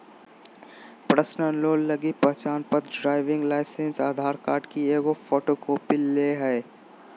personal loan लगी पहचानपत्र, driving license, Aadhaar card की एगो फोटोकॉपी ले हइ